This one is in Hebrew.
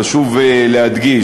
חשוב להדגיש,